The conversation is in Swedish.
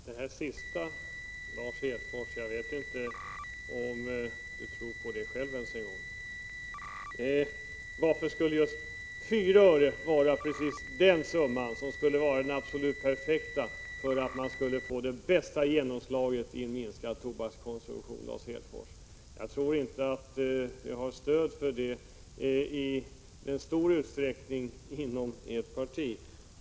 Herr talman! Jag undrar om ens Lars Hedfors själv tror på det han senast sade. Varför skulle just 4 öre vara den absolut perfekta summan för att få det bästa genomslaget när det gäller en minskad tobakskonsumtion, Lars Hedfors? Jag tror inte att ni i någon större utsträckning har stöd för detta inom ert parti.